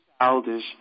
childish